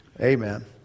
Amen